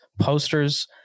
posters